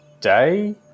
day